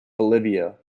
bolivia